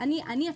אני הדפוקה.